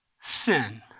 sin